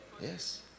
yes